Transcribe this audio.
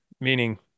meaning